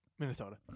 Minnesota